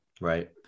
right